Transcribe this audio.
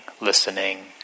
listening